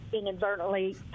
inadvertently